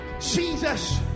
Jesus